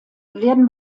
werden